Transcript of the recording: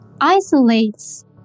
isolates